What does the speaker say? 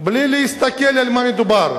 מבלי להסתכל על מה מדובר.